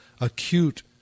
Acute